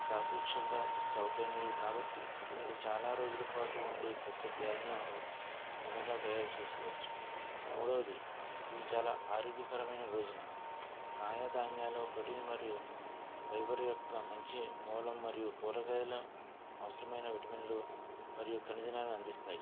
సాపేక్షంగా చౌకైనవి కాబట్టి మీరు చాలా రోజులు పాటు ఉండే పెద్ద బ్యాండ్ను దృఢంగా తయారు చేసుకోవచ్చు మూడవది ఇది చాలా ఆరోగ్యకరమైన భోజనం కాయ ధాన్యాలు ప్రోటీన్ మరియు ఫైబర్ యొక్క మంచి మూలం మరియు కూరగాయల అవసరమైన విటమిన్లు మరియు ఖనిజనాన్ని అందిస్తాయి